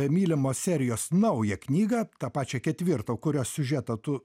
mylimos serijos naują knygą tą pačią ketvirtą kurios siužetą tu